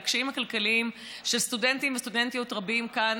על הקשיים הכלכליים של סטודנטים וסטודנטיות רבים כאן